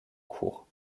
cours